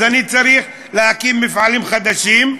אז אני צריך להקים מפעלים חדשים,